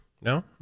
No